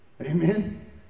Amen